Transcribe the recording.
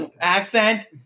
accent